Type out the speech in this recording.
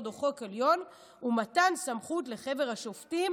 או חוק עליון ומתן סמכות לחבר השופטים